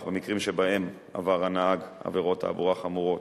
במקרים שבהם עבר הנהג החדש עבירות תעבורה חמורות.